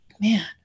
man